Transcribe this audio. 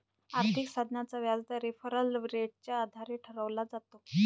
आर्थिक साधनाचा व्याजदर रेफरल रेटच्या आधारे ठरवला जातो